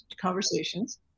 conversations